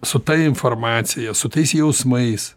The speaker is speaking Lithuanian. su ta informacija su tais jausmais